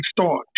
start